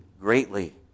greatly